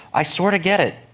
i sort of get it,